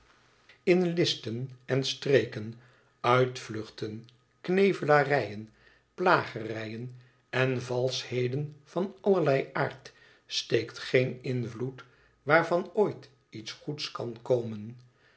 in listen en streken uitvluchten knevelarij en plagerijen en valschheden van allerlei aard steekt geen invloed waarvan ooit iets goeds kan komen